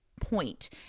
point